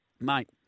Mate